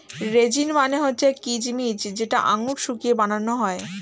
raisin মানে হচ্ছে কিচমিচ যেটা আঙুর শুকিয়ে বানানো হয়